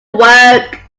work